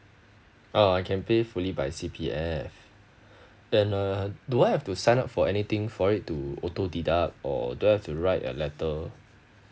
ah I can pay fully by C_P_F and uh do I have to sign up for anything for it to auto deduct or do I have to write a letter